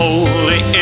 Holy